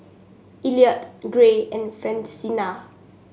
Elliot Gray and Francina